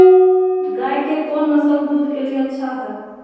गाय के कौन नसल दूध के लिए अच्छा है?